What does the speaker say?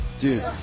Dude